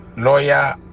Lawyer